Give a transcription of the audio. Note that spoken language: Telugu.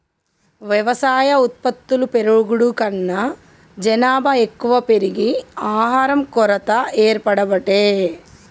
వ్యవసాయ ఉత్పత్తులు పెరుగుడు కన్నా జనాభా ఎక్కువ పెరిగి ఆహారం కొరత ఏర్పడబట్టే